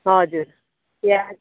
हजुर प्याज